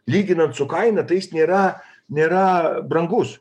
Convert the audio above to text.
lyginant su kaina tai jis nėra nėra brangus